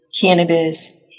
cannabis